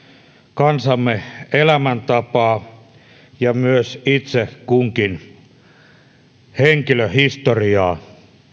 kansamme elämäntapaa ja myös itse kunkin henkilöhistoriaa